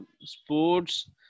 sports